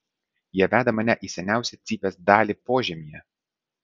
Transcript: jie veda mane į seniausią cypės dalį požemyje